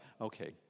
okay